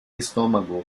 estómago